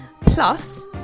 plus